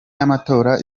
y’amatora